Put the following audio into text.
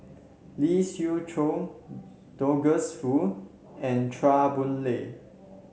Lee Siew Choh Douglas Foo and Chua Boon Lay